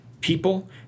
people